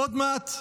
עוד מעט,